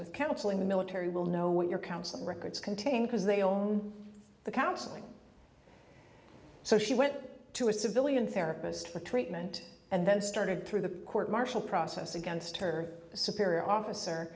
with counseling the military will know what your counseling records contain because they own the counseling so she went to a civilian therapist for treatment and then started through the court martial process against her superior officer